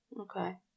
Okay